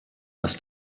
das